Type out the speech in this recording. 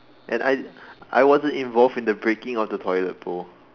and I I wasn't involved in the breaking of the toilet bowl